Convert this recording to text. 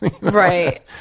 Right